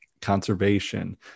conservation